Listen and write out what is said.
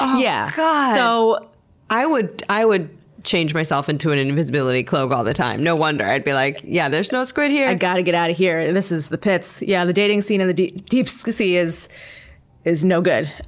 yeah but so i would i would change myself into an invisibility cloak all the time. no wonder! i'd be like, yeah, there's no squid here. i gotta get outta here. this is the pits. yeah, the dating scene in the deep deep sea is is no good.